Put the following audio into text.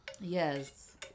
Yes